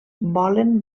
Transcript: volen